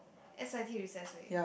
s_i_t recess week